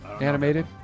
Animated